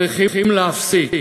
צריכים להפסיק.